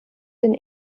den